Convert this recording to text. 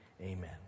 Amen